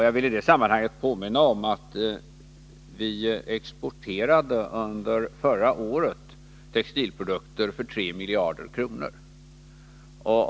Jag vill i detta sammanhang påminna om att vi förra året exporterade textilprodukter för 3 miljarder kronor.